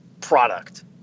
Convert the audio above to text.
product